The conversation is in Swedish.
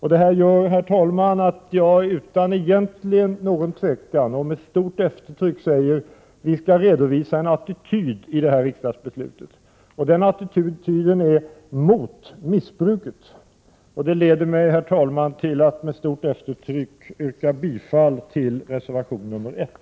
Herr talman! Detta leder mig till att utan tvekan och med stort eftertryck säga att vi skall redovisa en attityd i detta riksdagsbeslut. Den attityden skall vara mot missbruket. Med stort eftertryck, herr talman, yrkar jag därför bifall till reservation nr 1.